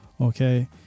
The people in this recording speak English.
Okay